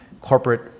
corporate